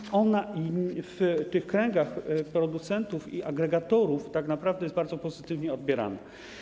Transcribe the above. I ona w kręgach producentów i agregatorów tak naprawdę jest bardzo pozytywnie odbierana.